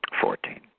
Fourteen